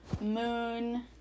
moon